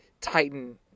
titan